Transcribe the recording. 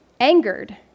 angered